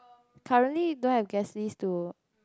currently don't have guest list to